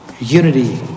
Unity